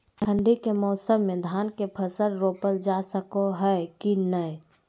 ठंडी के मौसम में धान के फसल रोपल जा सको है कि नय?